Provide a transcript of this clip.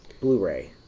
Blu-ray